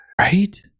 Right